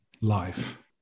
life